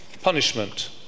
punishment